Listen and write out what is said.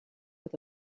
with